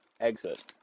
exit